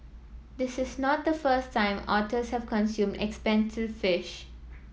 this is not the first time otters have consumed expensive fish